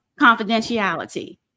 confidentiality